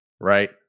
right